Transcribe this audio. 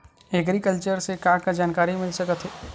Agriculture से का का जानकारी मिल सकत हे?